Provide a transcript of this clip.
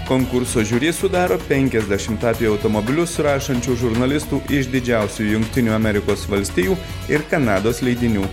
konkurso žiuri sudaro penkiasdešim apie automobilius rašančių žurnalistų iš didžiausių jungtinių amerikos valstijų ir kanados leidinių